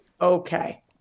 okay